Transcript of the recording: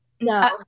No